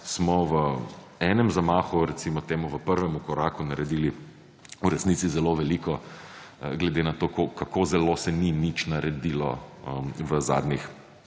smo v enem zamahu, recimo temu v prvemu koraku, naredili v resnici zelo veliko, glede na to, kako zelo se ni nič naredilo v zadnjih